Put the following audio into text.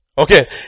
Okay